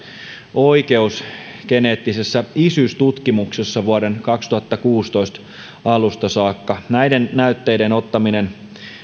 oikeusgeneettisessä isyystutkimuksessa vuoden kaksituhattakuusitoista alusta saakka näiden näytteiden ottaminen